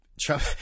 Trump